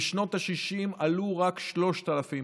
בשנות השישים עלו רק 3,000 איש.